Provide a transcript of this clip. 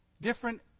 different